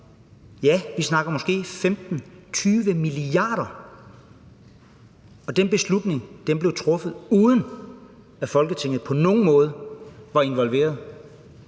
Ja, vi snakker måske om 15-20 mia. kr. Og den beslutning blev truffet, uden at Folketinget på nogen måde var involveret.